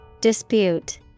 Dispute